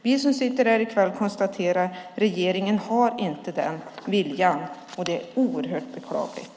Vi som sitter här i kväll konstaterar att regeringen inte har den viljan, och det är oerhört beklagligt.